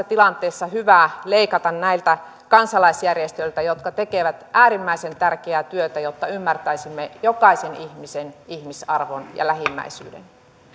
tilanteessa hyvä leikata näiltä kansalaisjärjestöiltä jotka tekevät äärimmäisen tärkeää työtä jotta ymmärtäisimme jokaisen ihmisen ihmisarvon ja lähimmäisyyden